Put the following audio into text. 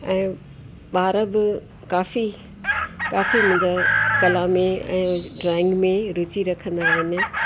ऐं ॿार ब काफ़ी काफ़ी मुंहिंजा कला में ऐं ड्रॉइंग में रुचि रखंदा आहिनि